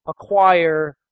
acquire